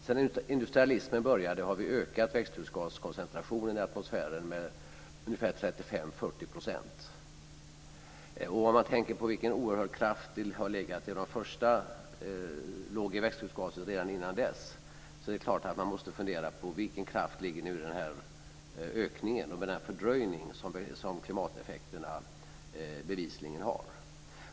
Sedan industrialismen började har vi ökat växthusgaskoncentrationen i atmosfären med 35 40 %. Om man tänker på vilken oerhörd kraft det låg i växthusgaserna redan tidigare måste man förstås fundera över vilken kraft som ligger i den här ökningen och den fördröjning som klimateffekterna bevisligen har.